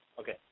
Okay